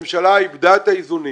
הממשלה איבדה את האיזונים.